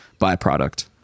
byproduct